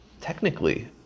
technically